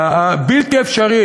הבלתי-אפשרית,